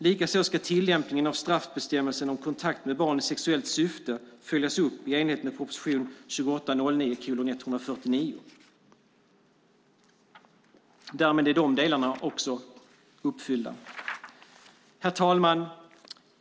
Likaså ska tillämpningen av straffbestämmelsen om kontakt med barn i sexuellt syfte följas upp i enlighet med proposition 2008/09:149. Därmed är de delarna också uppfyllda. Herr talman!